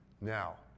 now